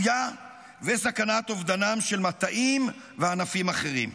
וסכנת אובדנם של מטעים וענפים אחרים.